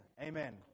Amen